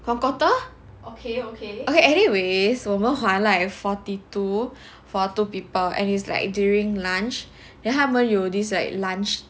one quarter okay anyways 我们还 like forty two for two people and it's like during lunch then 他们有 this like lunch